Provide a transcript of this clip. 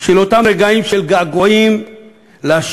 של אותם רגעים של געגועים לשלווה,